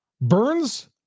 Burns